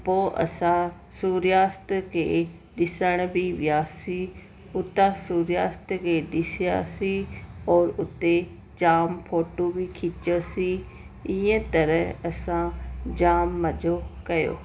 पोइ असां सूर्यास्त खे ॾिसण बि वियासीं उतां सूर्यास्त खे ॾिसियोसीं पोइ उते जाम फ़ोटू बि खिचियोसीं ईअं तरह असां जाम मज़ो कयो